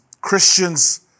Christians